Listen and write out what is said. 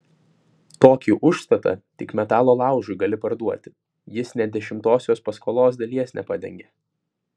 tokį užstatą tik metalo laužui gali parduoti jis nė dešimtosios paskolos dalies nepadengia